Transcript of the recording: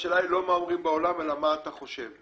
השאלה היא לא מה אומרים בעולם אלא מה אתה חושב.